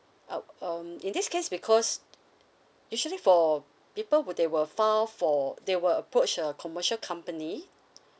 out um in this case because usually for people would they will file for they will approach a commercial company